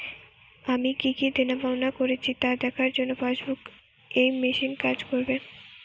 আমি কি কি দেনাপাওনা করেছি তা দেখার জন্য পাসবুক ই মেশিন কাজ করবে?